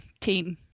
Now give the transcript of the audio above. team